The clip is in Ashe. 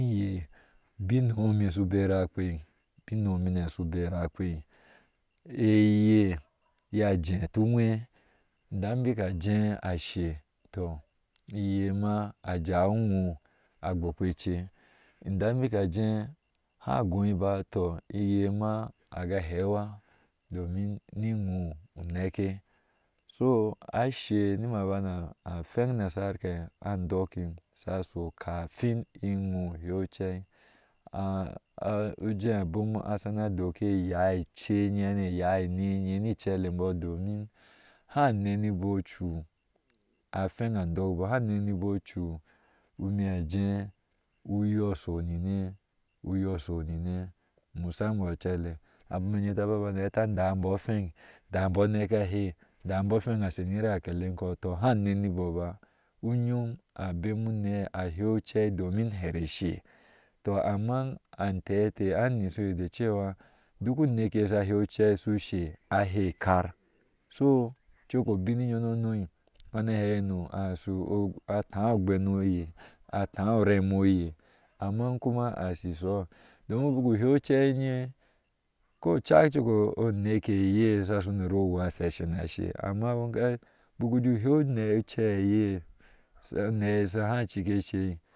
Iye bin ewɔɔ mi shu bera akpea bin ewɔɔ mine shubera akpea inye yaje tuwe indan bik ajee ashe, tɔ iyema ajewi inwɔɔ agbopeace indan bik ajee ha goo ba iyema aga hewa domin ni ewo uneke so ashe nimaabana afeŋ nasar ke adɔkim sosa kafin iwɔɔ he ucei uje abom a shana doke iyaa ece iya anii ni icele bɔɔ domin hanenibɔɔ ocu, afe adok bɔɔ he neni bo ocu umi asee uyɔɔ asho nine uyɔɔ asho nine musama ucele abin taba teareda bɔɔ afeŋ daa imbɔɔ aneke ahea daa bɔɔ a fe? A so hi irakele hana da haneni bɔɔ ba unyom abemu uneeache ucie domin here inshɛ is amen anteh te a nyishiyir de cewa duk uneke ye sha heucpo su shɛ a he ikar so, cok o bin yenonoo ashu ataa ogbeŋ onye a ataa aram oye, amma kuma ashi asihi shuhu bik u he ucei eye kocak cok oneke shashu uner a wúu sha shar nashe, amma abom ka buk uje uje unee ucɛi eye unre eye ha cika eshai